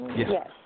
Yes